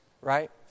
right